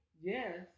Yes